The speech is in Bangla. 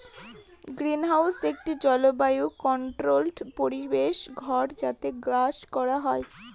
গ্রিনহাউস একটি জলবায়ু কন্ট্রোল্ড পরিবেশ ঘর যাতে চাষ করা হয়